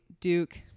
Duke